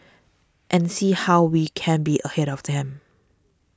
and see how we can be ahead of them